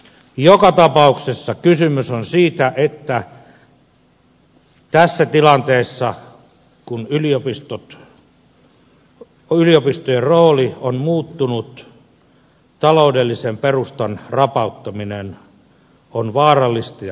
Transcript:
joka tapauksessa kysymys on siitä että tässä tilanteessa kun yliopistojen rooli on muuttunut taloudellisen perustan rapauttaminen on vaarallista ja kohtalokasta